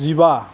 जिबा